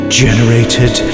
generated